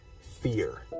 fear